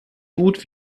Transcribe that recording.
gut